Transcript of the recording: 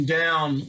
down